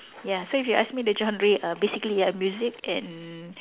ya so if you ask me the genre uh basically music and